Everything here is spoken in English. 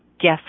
guess